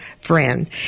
friend